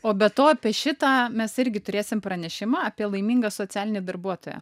o be to apie šitą mes irgi turėsim pranešimą apie laimingą socialinį darbuotoją